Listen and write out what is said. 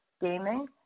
gaming